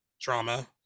Drama